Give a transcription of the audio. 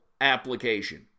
application